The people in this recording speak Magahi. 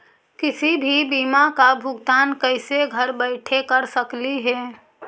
किसी भी बीमा का भुगतान कैसे घर बैठे कैसे कर स्कली ही?